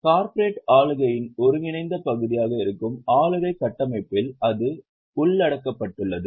corporate ஆளுகையின் ஒருங்கிணைந்த பகுதியாக இருக்கும் ஆளுகை கட்டமைப்பில் அது உள்ளடக்கப்பட்டுள்ளது